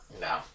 No